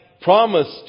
promised